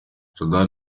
shaban